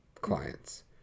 clients